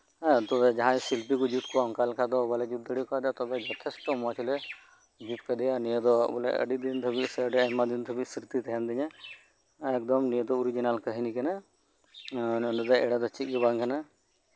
ᱦᱮᱸ ᱛᱚ ᱡᱟᱦᱟᱸᱭ ᱥᱤᱞᱯᱤ ᱠᱚ ᱡᱩᱛ ᱠᱚᱣᱟ ᱚᱱᱠᱟ ᱞᱮᱠᱟᱫᱚ ᱵᱟᱞᱮ ᱡᱩᱛ ᱫᱟᱲᱮᱭᱟᱫᱮᱭᱟ ᱛᱚᱵᱮ ᱡᱚᱛᱷᱮᱥᱴᱚ ᱢᱚᱸᱡᱽᱞᱮ ᱡᱩᱛ ᱠᱟᱫᱮᱭᱟ ᱱᱤᱭᱟᱹ ᱫᱚ ᱵᱚᱞᱮ ᱟᱹᱰᱤ ᱫᱤᱱ ᱫᱷᱟᱹᱵᱤᱡ ᱥᱨᱤᱛᱤ ᱛᱟᱦᱮᱱ ᱛᱤᱧᱟ ᱮᱠᱫᱚᱢ ᱱᱤᱭᱟᱹ ᱫᱚ ᱚᱨᱤᱡᱤᱱᱟᱞ ᱠᱟᱹᱦᱱᱤ ᱠᱟᱱᱟ ᱱᱚᱰᱮ ᱫᱚ ᱮᱲᱮᱭᱟᱜ ᱫᱚ ᱪᱮᱫ ᱜᱮ ᱵᱟᱝ ᱠᱟᱱᱟ